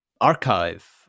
archive